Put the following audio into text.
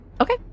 Okay